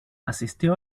asistió